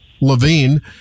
Levine